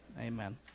Amen